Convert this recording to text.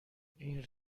این